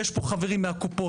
יש פה חברים מהקופות,